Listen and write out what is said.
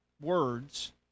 words